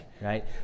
Right